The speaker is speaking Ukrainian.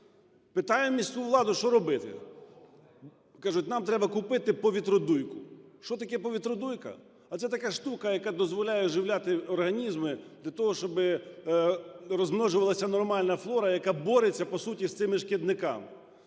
Питаємо міську владу, що робити. Кажуть: "Нам треба купити повітродуйку". Що таке повітродуйка? А це така штука, яка дозволяє оживляти організми для того, щоби розмножувалася нормальна флора, яка бореться по суті з цими шкідниками.